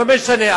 לא משנה.